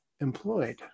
employed